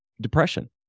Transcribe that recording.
depression